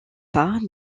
part